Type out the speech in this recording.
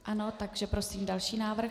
Ano, takže prosím další návrh.